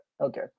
Okay